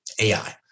AI